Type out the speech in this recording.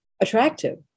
attractive